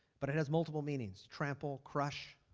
but it has multiple meanings. trample, crush